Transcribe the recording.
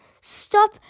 stop